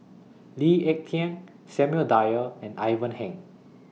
Lee Ek Tieng Samuel Dyer and Ivan Heng